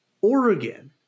Oregon